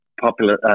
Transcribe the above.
popular